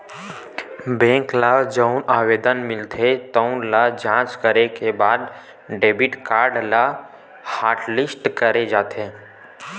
bank ल जउन आवेदन मिलथे तउन ल जॉच करे के बाद डेबिट कारड ल हॉटलिस्ट करे जाथे